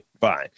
fine